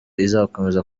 izakomeza